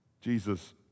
Jesus